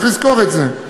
צריך לזכור את זה,